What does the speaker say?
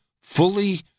fully